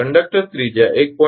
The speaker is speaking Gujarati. કંડક્ટર ત્રિજ્યા 1